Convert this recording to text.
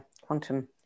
quantum